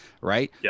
right